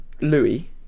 Louis